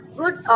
good